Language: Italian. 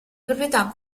proprietà